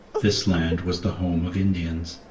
this land was the home of indians.